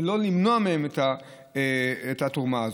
ולא למנוע מהם את התרומה הזאת.